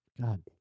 God